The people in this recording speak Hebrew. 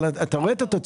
אבל אתה רואה את התוצאה.